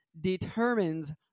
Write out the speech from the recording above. determines